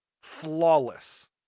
flawless